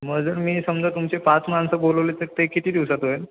मग जर मी समजा तुमचे पाच माणसं बोलवले तर ते किती दिवसात होईल